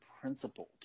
principled